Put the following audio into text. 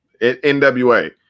NWA